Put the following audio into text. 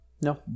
No